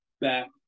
back